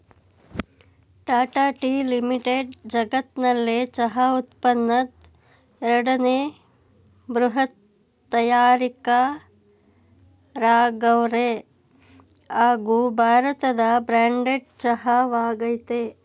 Tata tea limited ಜಗತ್ನಲ್ಲೆ ಚಹಾ ಉತ್ಪನ್ನದ್ ಎರಡನೇ ಬೃಹತ್ ತಯಾರಕರಾಗವ್ರೆ ಹಾಗೂ ಭಾರತದ ಬ್ರ್ಯಾಂಡೆಡ್ ಚಹಾ ವಾಗಯ್ತೆ